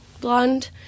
blonde